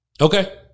Okay